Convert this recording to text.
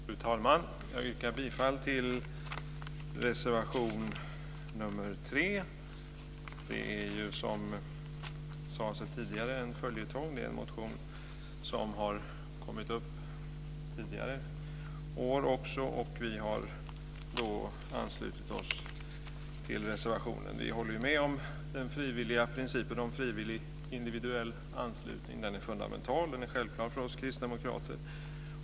Fru talman! Jag yrkar bifall till reservation nr 3. Det är som sades tidigare en följetong. Det är en motion som kommit upp till behandling tidigare år. Vi har då anslutit oss till reservationen. Vi håller med om principen om frivillig individuell anslutning. Den är fundamental och självklar för oss kristdemokrater.